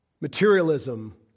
materialism